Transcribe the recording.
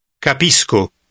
capisco